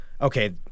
okay